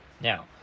Now